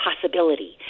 possibility